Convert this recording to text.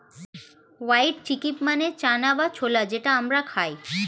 white chickpea মানে চানা বা ছোলা যেটা আমরা খাই